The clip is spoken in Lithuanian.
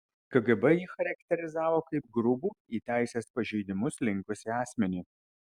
kgb jį charakterizavo kaip grubų į teisės pažeidimus linkusį asmenį